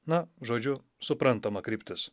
na žodžiu suprantama kryptis